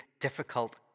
difficult